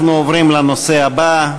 אנחנו עוברים לנושא הבא.